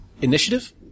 Initiative